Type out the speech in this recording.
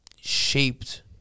shaped